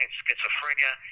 schizophrenia